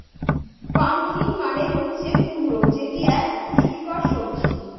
pumpkin মানে হচ্ছে কুমড়ো যেটি এক পুষ্টিকর সবজি